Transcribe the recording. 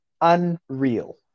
unreal